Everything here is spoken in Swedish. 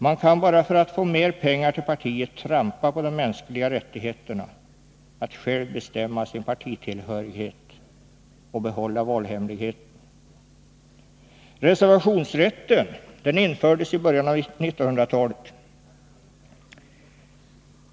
Man kan bara för att få mer pengar till partiet trampa på de mänskliga rättigheterna när det gäller att själv bestämma sin partitillhörighet och behålla valhemligheten. Reservationsrätten infördes i början på 1900-talet.